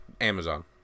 Amazon